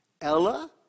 Ella